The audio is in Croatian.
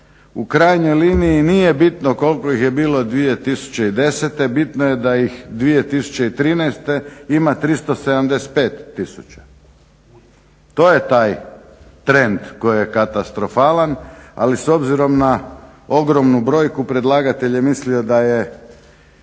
u krajnjoj liniji nije bitno koliko ih je bilo 2010., bitno je da ih 2013. ima 375 tisuća. To je taj trend koji je katastrofalan, ali s obzirom na ogromnu brojku predlagatelj je mislio da je